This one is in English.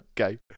okay